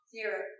Zero